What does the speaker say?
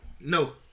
No